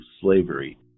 slavery